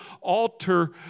altar